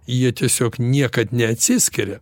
jie tiesiog niekad neatsiskiria